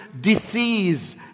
disease